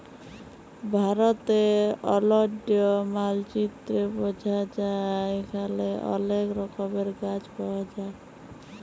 ভারতের অলন্য মালচিত্রে বঝা যায় এখালে অলেক রকমের গাছ পায়া যায়